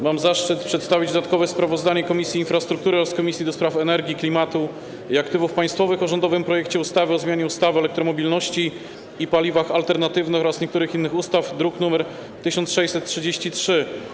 Mam zaszczyt przedstawić dodatkowe sprawozdanie Komisji Infrastruktury oraz Komisji do Spraw Energii, Klimatu i Aktywów Państwowych o rządowym projekcie ustawy o zmianie ustawy o elektromobilności i paliwach alternatywnych oraz niektórych innych ustaw, druk nr 1633.